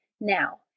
Now